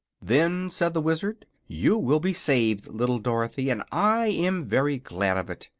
then, said the wizard, you will be saved, little dorothy and i am very glad of it.